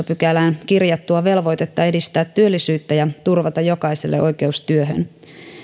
pykälään kirjattua velvoitetta edistää työllisyyttä ja turvata jokaiselle oikeus työhön